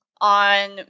on